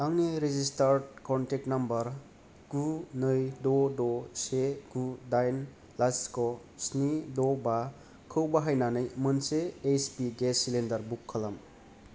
आंनि registered contact number गु नै द' द' से गु दाइन लाथिख स्नि द' बाखौ बाहायनानै मोनसे H P gas cylinder book खालाम